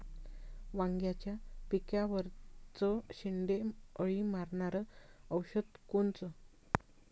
वांग्याच्या पिकावरचं शेंडे अळी मारनारं औषध कोनचं?